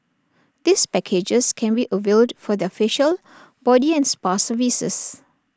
these packages can be availed for their facial body and spa services